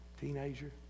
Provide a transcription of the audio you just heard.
teenager